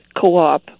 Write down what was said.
co-op